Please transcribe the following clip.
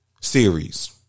series